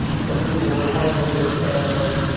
some people were home with their family.